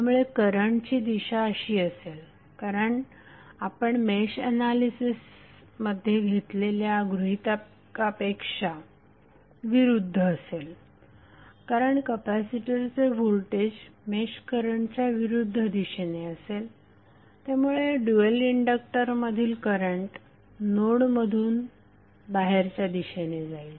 त्यामुळे करंटची दिशा अशी असेल कारण आपण मेश एनालिसिसमध्ये घेतलेल्या गृहीतकापेक्षा विरुद्ध असेल कारण कपॅसिटरचे व्होल्टेज मेश करंटच्या विरुद्ध दिशेने असेल त्यामुळे ड्यूएल इंडक्टरमधील करंट नोड मधून बाहेरच्या दिशेने येईल